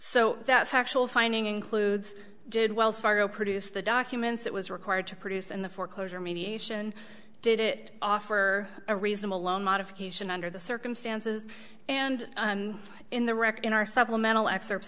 so that factual finding includes did wells fargo produce the documents it was required to produce and the foreclosure mediation did it offer a reasonable loan modification under the circumstances and in the record in our supplemental excerpts